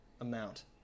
amount